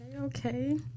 okay